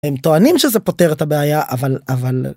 הם טוענים שזה פותר את הבעיה אבל, אבל...